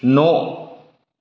न'